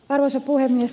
arvoisa puhemies